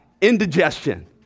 indigestion